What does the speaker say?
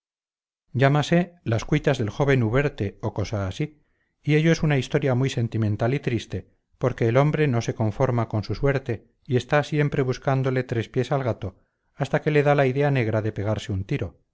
llámase las cuitas del joven uberte o cosa así y ello es una historia muy sentimental y triste porque el hombre no se conforma con su suerte y está siempre buscándole tres pies al gato hasta que le da la idea negra de pegarse un tiro